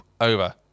over